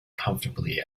comfortably